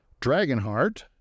Dragonheart